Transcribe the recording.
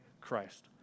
Christ